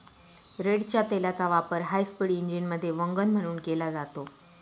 रेडच्या तेलाचा वापर हायस्पीड इंजिनमध्ये वंगण म्हणून केला जातो